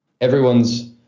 everyone's